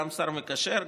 גם השר המקשר,